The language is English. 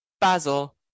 basil